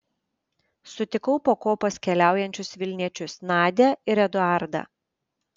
sutikau po kopas keliaujančius vilniečius nadią ir eduardą